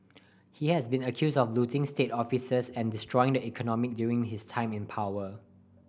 he has been accused of looting state officers and destroying the economy during his time in power